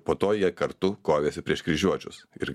po to jie kartu kovėsi prieš kryžiuočius ir